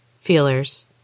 Feelers